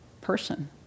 person